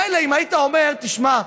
מילא, אם היית אומר: תשמע,